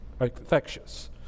infectious